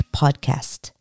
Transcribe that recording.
podcast